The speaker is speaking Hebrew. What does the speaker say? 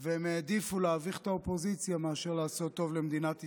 והם העדיפו להביך את האופוזיציה מאשר לעשות טוב למדינת ישראל.